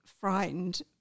frightened